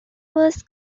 was